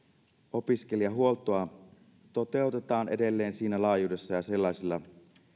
opiskelijahuoltoa toteutetaan edelleen siinä laajuudessa ja sellaisilla